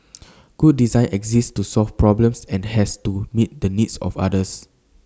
good design exists to solve problems and has to meet the needs of others